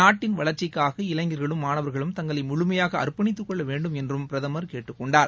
நாட்டின் வளர்ச்சிக்காக இளைஞர்களும் மாணவர்களும் தங்களை முழுமையாக அர்ப்பணித்துக்கொள்ள வேண்டும் என்றும் பிரதமர் கேட்டுக் கொண்டார்